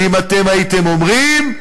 שאם אתם הייתם אומרים,